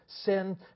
sin